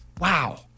Wow